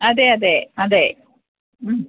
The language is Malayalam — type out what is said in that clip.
അതെ അതെ അതെ മ്മ്